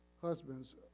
husband's